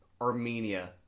Armenia